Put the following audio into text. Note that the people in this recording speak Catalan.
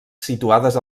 situades